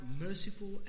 merciful